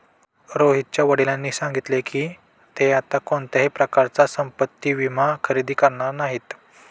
रोहितच्या वडिलांनी सांगितले की, ते आता कोणत्याही प्रकारचा संपत्ति विमा खरेदी करणार नाहीत